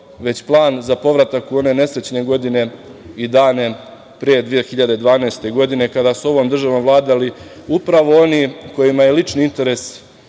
već plan za povratak u one nesrećne godine i dane pre 2012. godine kada su ovom državom vladali upravo oni kojima je lični interes